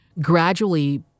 gradually